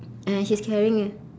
uh she's carrying a